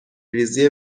ریزی